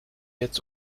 jetzt